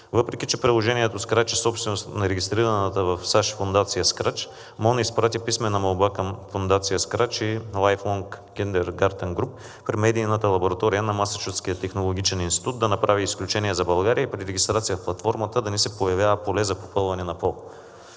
Въпреки че приложението Scratch е собственост на регистрираната в САЩ фондация Scratch, МОН изпрати писмена молба към фондация Scratch и LifeLong Kindergarten Group при медийната лаборатория на Масачузетския технологичен институт да направи изключение за България и при регистрация в платформата да не се появява поле за попълване на пол.